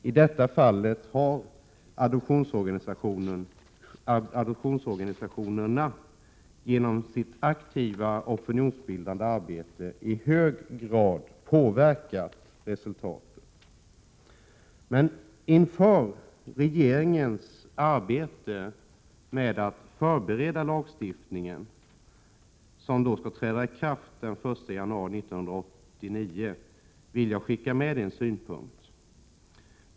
I detta fall har adoptionsorganisationerna genom sitt aktiva opinionsbildande arbete i hög grad påverkat resultatet. Inför regeringens arbete med att förbereda lagstiftningen som skall träda i kraft den 1 januari 1989 vill jag skicka med en synpunkt.